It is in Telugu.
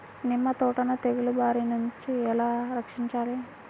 నిమ్మ తోటను తెగులు బారి నుండి ఎలా రక్షించాలి?